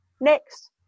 next